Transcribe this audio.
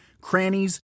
crannies